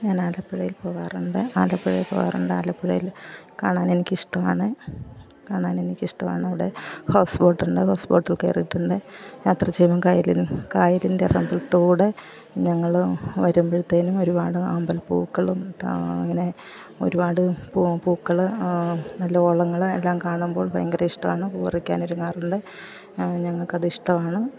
ഞാൻ ആലപ്പുഴയിൽ പോകാറുണ്ട് ആലപ്പുഴയിൽ പോകാറുണ്ട് ആലപ്പുഴയിൽ കാണാൻ എനിക്ക് ഇഷ്ടമാണ് കാണാൻ എനിക്ക് ഇഷ്ടമാണ് അവിടെ ഹൗസ്ബോട്ട് ഉണ്ട് ഹൗസ്ബോട്ടിൽ കയറിയിട്ടുണ്ട് യാത്ര ചെയ്യുമ്പം കായലിൽ കായലിൻ്റെറമ്പിൽത്തൂടെ ഞങ്ങള് വരുമ്പഴത്തേനും ഒരുപാട് ആമ്പൽപ്പൂക്കളും ഇങ്ങനെ ഒരുപാട് പൂക്കൾ നല്ല വള്ളങ്ങൾ എല്ലാം കാണുമ്പോൾ ഭയങ്കര ഇഷ്ടമാണ് പൂ പറിക്കാൻ ഒരുങ്ങാറുണ്ട് ഞങ്ങൾക്ക് അത് ഇഷ്ടമാണ്